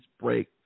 Break